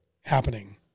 happening